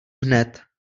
hned